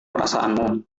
perasaanmu